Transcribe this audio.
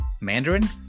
mandarin